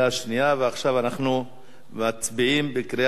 עכשיו אנחנו מצביעים בקריאה שלישית.